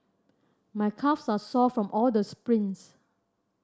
my calves are sore from all the sprints